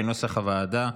כנוסח הוועדה.